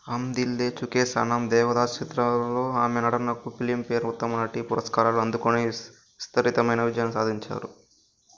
హమ్ దిల్ దే చుకే సనమ్ దేవదాస్ చిత్రాల్లో ఆమె నటనకు ఫిలింఫేర్ ఉత్తమ నటి పురస్కారాలు అందుకుని విస్తరితమైన విజయాన్ని సాధించారు